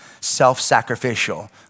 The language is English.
self-sacrificial